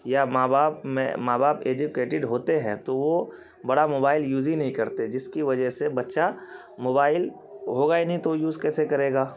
یا ماں باپ میں ماں باپ ایجوکیٹیڈ ہوتے ہیں تو وہ بڑا موبائل یوز ہی نہیں کرتے جس کی وجہ سے بچہ موبائل ہوگا ہی نہیں تو یوز کیسے کرے گا